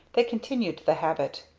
they continued the habit.